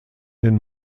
den